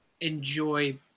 enjoy